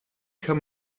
kann